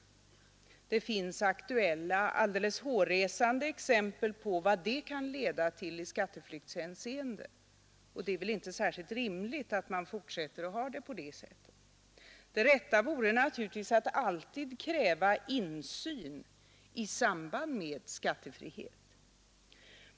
Det finns aktuella, alldeles hårresande exempel på vad det kan leda till i skatteflyktshänseende, och det är inte särskilt rimligt att vi skall fortsätta att ha det på det sättet. Det rätta vore naturligtvis att alltid kräva insyn i samband med skattefrihet.